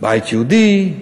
בית יהודי,